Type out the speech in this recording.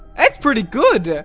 it's pretty good,